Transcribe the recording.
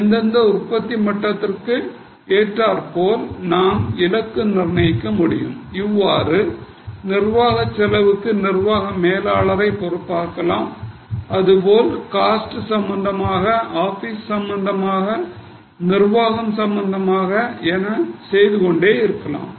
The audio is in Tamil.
அந்தந்த உற்பத்தி மட்டத்திற்கு ஏற்றார்போல் நாம் இலக்கு நிர்ணயிக்க முடியும் இவ்வாறு நிர்வாகச் செலவுக்கு நிர்வாக மேலாளரை பொறுப்பாக்கலாம் இதுபோல் காஸ்ட் சம்பந்தமாக ஆபீஸ் சம்பந்தமாக நிர்வாகம் சம்பந்தமாக எனச் செய்துகொண்டே இருக்கலாம்